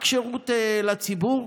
רק שירות לציבור.